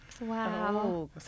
Wow